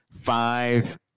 five